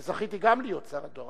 שזכיתי גם להיות שר הדואר.